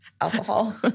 alcohol